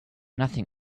nothing